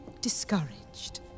discouraged